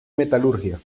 metalurgia